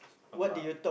about